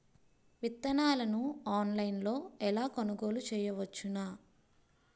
విత్తనాలను ఆన్లైన్లో ఎలా కొనుగోలు చేయవచ్చున?